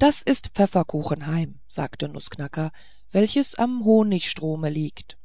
das ist pfefferkuchheim sagte nußknacker welches am honigstrome liegt